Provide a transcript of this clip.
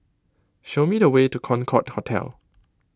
show me the way to Concorde Hotel